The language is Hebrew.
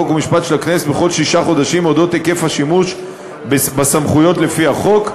חוק ומשפט של הכנסת דיווח על היקף השימוש בסמכויות לפי החוק.